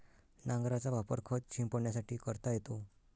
नांगराचा वापर खत शिंपडण्यासाठी करता येतो